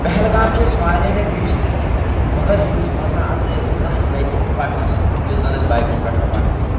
پہلگام چھِ أسۍ واریاہہِ لٹہِ گٲمٕتۍ مگر یُتھ مَزٕ آو نہٕ اَسہِ زانٛہہ وتہِ پَکنس یُس زَن اَسہِ بایکن پٮ۪ٹھ آو پکنس